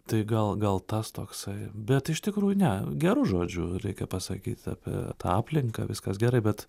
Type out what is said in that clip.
tai gal gal tas toksai bet iš tikrųjų ne geru žodžiu reikia pasakyt apie tą aplinką viskas gerai bet